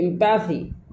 empathy